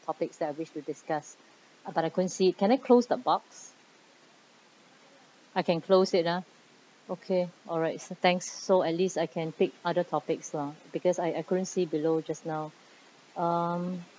topics that I wish to discuss but I couldn't see can I close the box I can close it lah okay alright thanks so at least I can pick other topics lah because I I couldn't see below just now um